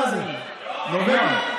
מה זה, נורבגי?